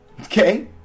okay